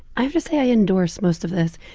i have to say i endorse most of this.